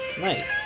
Nice